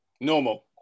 normal